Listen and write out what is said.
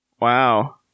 Wow